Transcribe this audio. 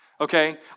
okay